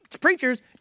preachers